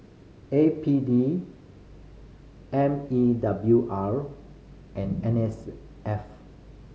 A P D M E W R and N S F